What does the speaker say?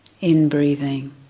in-breathing